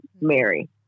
Mary